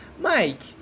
Mike